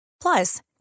Plus